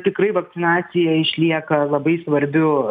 tikrai vakcinacija išlieka labai svarbiu